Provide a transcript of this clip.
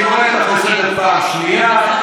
אני קורא אותך לסדר פעם שנייה.